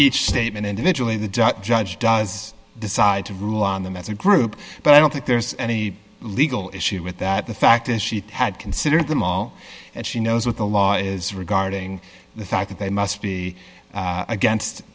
each statement individually the judge does decide to rule on them as a group but i don't think there's any legal issue with that the fact is she had considered them all and she knows what the law is regarding the fact that they must be against